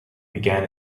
began